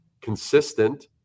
consistent